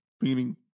meaning